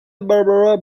barbara